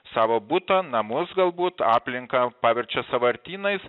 savo butą namus galbūt aplinką paverčia sąvartynais